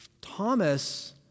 Thomas